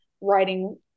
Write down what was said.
writing